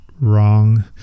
wrong